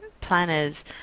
planners